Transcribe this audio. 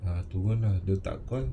err tunggu lah dia tak call